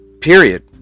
Period